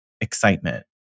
excitement